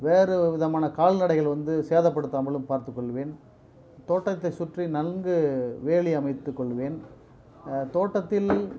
வேறு விதமான கால்நடைகள் வந்து சேதப்படுத்தாமலும் பார்த்துக்கொள்வேன் தோட்டத்தை சுற்றி நன்கு வேலி அமைத்து கொள்வேன் தோட்டத்தில்